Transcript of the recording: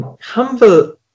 humble